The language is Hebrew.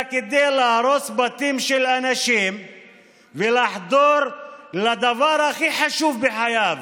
אלא כדי להרוס בתים של אנשים ולחדור לדבר הכי חשוב בחייו